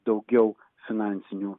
daugiau finansinių